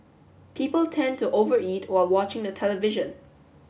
people tend to over eat while watching the television